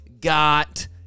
got